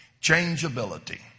changeability